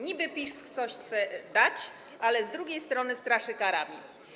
Niby PiS coś chce dać, ale z drugiej strony straszy karami.